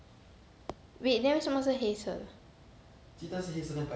wait then 为什么是黑色的